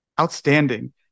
Outstanding